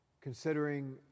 considering